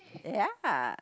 ya